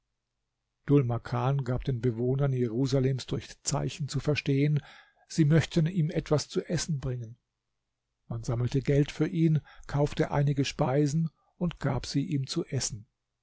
makan gab den bewohnern jerusalems durch zeichen zu verstehen sie möchten ihm etwas zu essen bringen man sammelte geld für ihn kaufte einige speisen und gab sie ihm zu essen